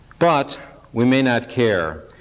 but we may not care.